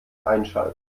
einschalten